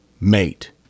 mate